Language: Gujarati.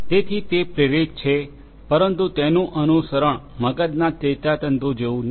જેથી તે પ્રેરિત છે પરંતુ તેનું અનુસરણ મગજના ચેતાતંતુ જેવું નથી